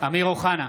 אמיר אוחנה,